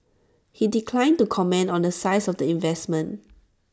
he declined to comment on the size of the investment